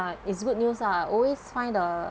it's good news lah I always find uh